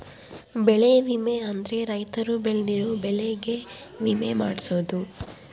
ಬೆಳೆ ವಿಮೆ ಅಂದ್ರ ರೈತರು ಬೆಳ್ದಿರೋ ಬೆಳೆ ಗೆ ವಿಮೆ ಮಾಡ್ಸೊದು